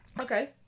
Okay